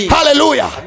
Hallelujah